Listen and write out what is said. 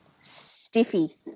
Stiffy